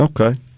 Okay